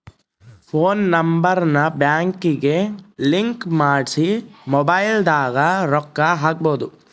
phone number ನ ಬ್ಯಾಂಕಿಗೆ link ಮಾಡ್ಸಿ ಮೊಬೈಲದಾಗ ರೊಕ್ಕ ಹಕ್ಬೊದು